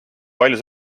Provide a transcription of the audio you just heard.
palju